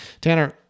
Tanner